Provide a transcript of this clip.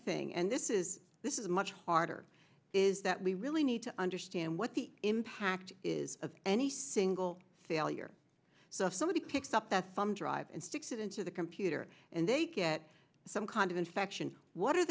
thing and this is this is a much harder is that we really need to understand what the impact is of any single failure so if somebody picks up that some drive and sticks it into the computer and they get some kind of infection what are